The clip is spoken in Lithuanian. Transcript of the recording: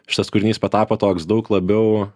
šitas kūrinys patapo toks daug labiau